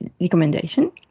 recommendation